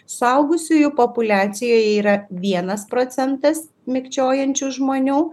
suaugusiųjų populiacijoje yra vienas procentas mikčiojančių žmonių